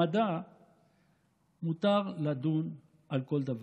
למדע מותר לדון על כל דבר.